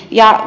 kysynkin